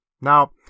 Now